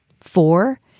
Four